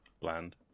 bland